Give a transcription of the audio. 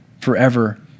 forever